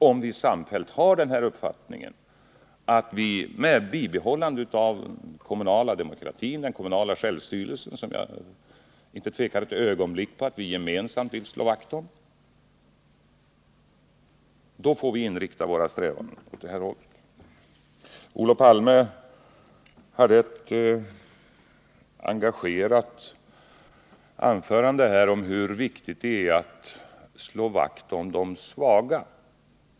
Jag tvivlar inte ett ögonblick på att vi alla vill slå vakt om den kommunala självstyrelsen. Om vi alltså samfällt har den uppfattningen måste vi inrikta våra strävanden åt det här hållet. Olof Palme höll ett engagerat anförande om hur viktigt det är att slå vakt om de svaga.